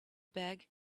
bag